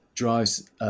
drives